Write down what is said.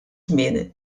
żmien